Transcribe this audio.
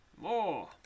More